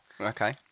Okay